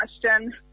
question